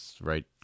right